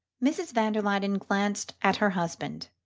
mrs. van der luyden glanced at her husband,